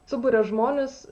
suburia žmones